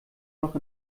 noch